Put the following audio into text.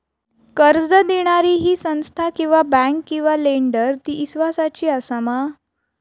कर्ज दिणारी ही संस्था किवा बँक किवा लेंडर ती इस्वासाची आसा मा?